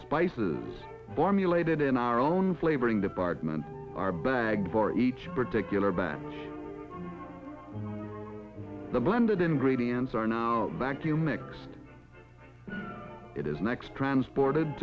spices formulated in our own flavoring department our bag for each particular batch the blended ingredients are now back to mix it is next transported